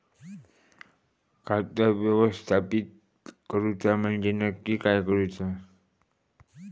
खाता व्यवस्थापित करूचा म्हणजे नक्की काय करूचा?